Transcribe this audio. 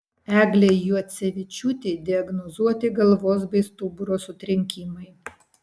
eglei juocevičiūtei diagnozuoti galvos bei stuburo sutrenkimai